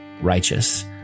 Righteous